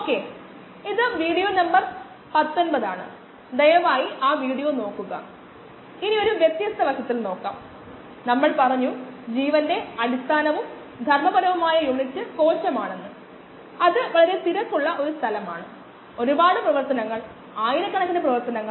ഒരേ ഉപകരണം ഉപയോഗിക്കുകയും ഒപ്റ്റിക്കൽ ഡെൻസിറ്റി എന്ന് വിളിക്കപ്പെടുകയും ചെയ്യുന്നുവെങ്കിലും ഈ പദം പൂർണ്ണമായ തെറ്റായ നാമമാണ് എന്നാൽ തത്വത്തിന്റെ അടിസ്ഥാനത്തിൽ ഇത് തെറ്റായ നാമമാണ് എങ്കിലും ഇത് നന്നായി അംഗീകരിക്കപ്പെട്ട പദമാണ് എന്നാൽ ഇത് മനസ്സിൽ വയ്ക്കുക